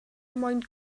mwyn